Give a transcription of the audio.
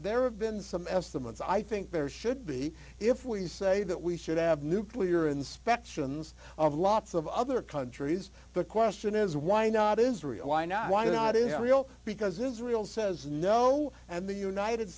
there have been some estimates i think there should be if we say that we should have nuclear inspections of lots of other countries the question is why not israel why not why not do the real because israel says no and the united